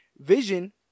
vision